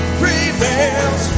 prevails